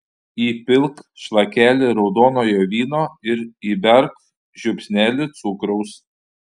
įpilk šlakelį raudonojo vyno ir įberk žiupsnelį cukraus